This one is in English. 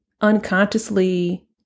unconsciously